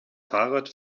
fahrrad